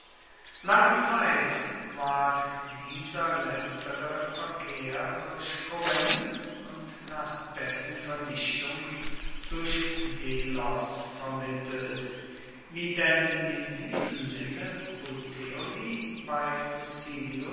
lange zeit ward dieser letztere verkehr durch korinth und nach dessen vernichtung durch delos vermittelt wie denn in diesem sinne puteoli bei